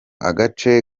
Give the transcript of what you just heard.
agace